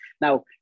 Now